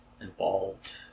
involved